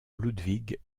ludwig